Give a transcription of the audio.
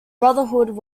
brotherhood